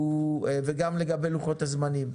וגם לגבי לוחות הזמנים.